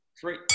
Three